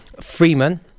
Freeman